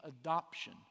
adoption